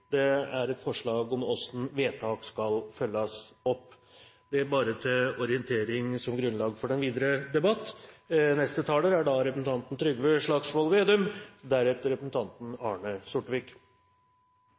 det er et forslag om hvordan vedtak skal følges opp. Det bare til orientering som grunnlag for den videre